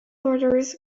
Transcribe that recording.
borders